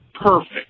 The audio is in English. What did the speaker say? perfect